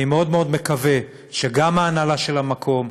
אני מאוד מאוד מקווה שגם ההנהלה של המקום,